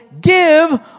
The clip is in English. give